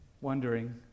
wondering